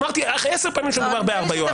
אמרתי עשר פעמים שמדובר בארבעה, יואב.